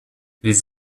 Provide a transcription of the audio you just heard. les